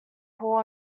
hall